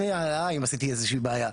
לי העלאה אם עשיתי איזה שהיא בעיה.